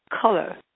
color